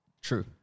True